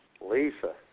Lisa